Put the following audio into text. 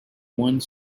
one